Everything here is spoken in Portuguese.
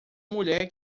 mulher